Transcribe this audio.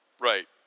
Right